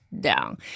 down